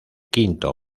quinto